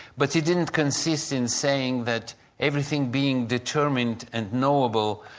but he didn't consist in saying that everything being determined and knowable,